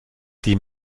die